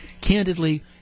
candidly